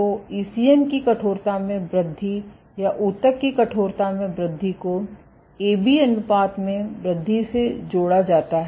तो ECM की कठोरता में वृद्धि या ऊतक की कठोरता में वृद्धि को AB अनुपात में वृद्धि से जोड़ा जाता है